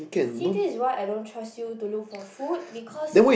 see this is why I don't trust you to look for food because